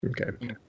Okay